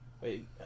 Wait